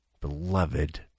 beloved